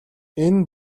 энэ